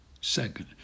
Second